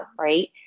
right